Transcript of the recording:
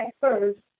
first